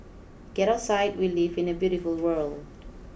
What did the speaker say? get outside we live in a beautiful world